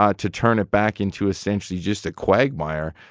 ah to turn it back into, essentially, just a quagmire,